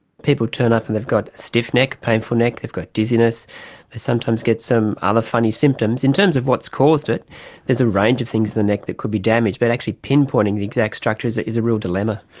people turn up and they've got a stiff neck, painful neck, they've got dizziness, they sometimes get some other funny symptoms. in terms of what's caused it there's a range of things in the neck that could be damaged, but actually pinpointing the exact structure is is a real dilemma.